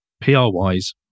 PR-wise